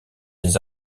des